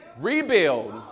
rebuild